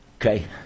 Okay